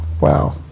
Wow